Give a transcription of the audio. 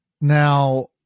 Now